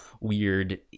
weird